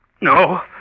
No